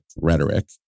rhetoric